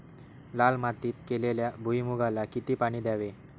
लाल मातीत केलेल्या भुईमूगाला किती पाणी द्यावे?